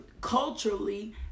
culturally